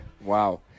Wow